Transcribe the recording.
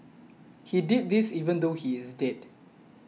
he did this even though he is dead